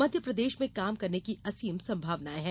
मध्यप्रदेश में काम करने की असीम संभावनाएँ हैं